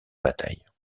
bataille